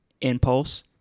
impulse